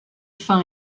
faim